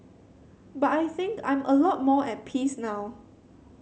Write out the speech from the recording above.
but I think I'm a lot more at peace now